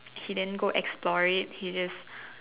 he didn't go explore it he just